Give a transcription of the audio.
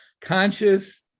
conscious